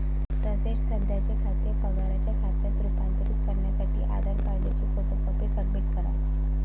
तसेच सध्याचे खाते पगाराच्या खात्यात रूपांतरित करण्यासाठी आधार कार्डची फोटो कॉपी सबमिट करा